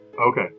Okay